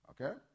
Okay